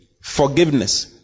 forgiveness